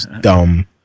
dumb